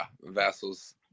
Vassal's